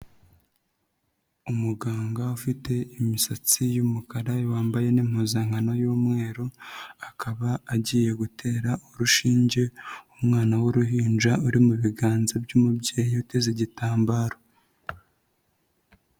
Umuganga ufite imisatsi y'umukara wambaye n'impuzankano y'umweru akaba agiye gutera urushinge umwana w'uruhinja uri mu biganza by'umubyeyi uteze igitambaro.